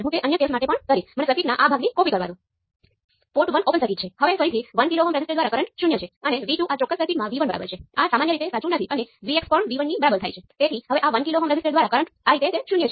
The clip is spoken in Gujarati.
હવે અલબત્ત જો આમાંના કેટલાક મેટ્રિસીસ ઈન્વર્સ કરી શકાય તેવું ન હોય તો તમે તેને ઈન્વર્સ કરી શકતા નથી અને મર્યાદિત વેલ્યું પેરામિટર શોધી શકતા નથી